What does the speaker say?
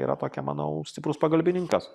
yra tokia manau stiprus pagalbininkas